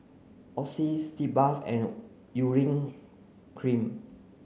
Oxy Sitz Bath and Urea Cream